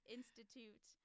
Institute